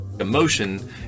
Emotion